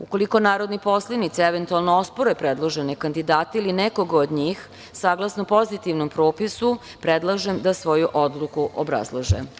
Ukoliko narodni poslanici eventualno ospore predložene kandidate ili nekoga od njih, saglasno pozitivnom propisu, predlažem da svoju odluke obrazlože.